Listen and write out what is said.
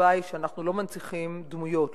התשובה היא שאנחנו לא מנציחים דמויות,